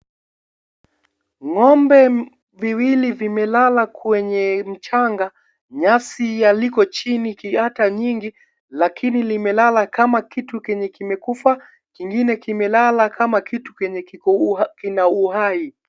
Ng'ombe viwili vimelala kwenye mchanga nyasi yaliko chini kiata nyingi lakini limelala kama kitu kienye kimekufa kingine kimelala kama kitu kienye kiko kina uhai.